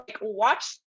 watch